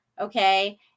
okay